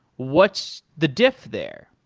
what's the diff there?